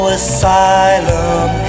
asylum